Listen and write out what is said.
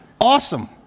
Awesome